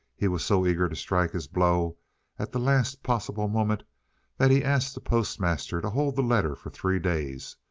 he was so eager to strike his blow at the last possible moment that he asked the postmaster to hold the letter for three days,